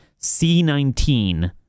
C19